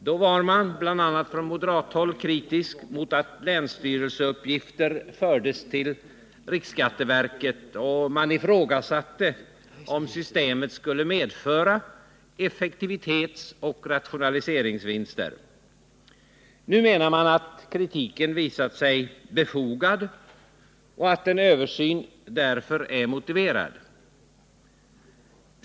Då var man bl.a. från moderat håll kritisk mot att länsstyrelseuppgifter fördes till riksskatteverket, och man ifrågasatte om systemet skulle medföra effektivitetsoch rationaliseringsvinster. Nu menar man att kritiken visat sig befogad och att en översyn därför är motiverad.